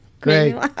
great